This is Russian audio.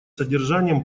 содержанием